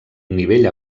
nivell